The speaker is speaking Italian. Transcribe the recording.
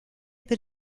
per